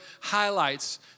highlights